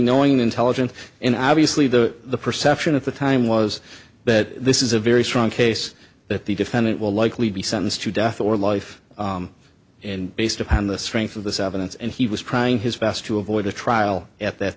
knowing intelligence and obviously the perception at the time was that this is a very strong case that the defendant will likely be sentenced to death or life and based upon the strength of this evidence and he was trying his best to avoid a trial at that